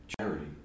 charity